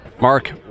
Mark